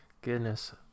Goodness